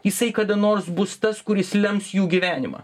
jisai kada nors bus tas kuris lems jų gyvenimą